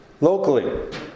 Locally